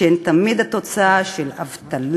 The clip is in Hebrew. שהן תמיד התוצאה של אבטלה,